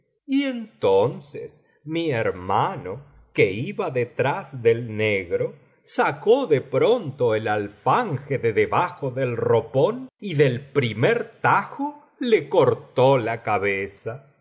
y entonces mi hermano que iba detrás del negro sacó ele pronto el alfanje de debajo del ropón y del primer tajo le cortó la cabeza